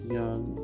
young